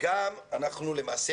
וגם אנחנו למעשה,